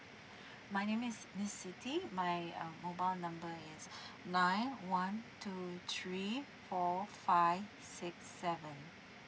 my name is miss siti my uh mobile number is nine one two three four five six seven